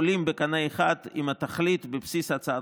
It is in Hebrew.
עולים בקנה אחד עם התכלית בבסיס הצעת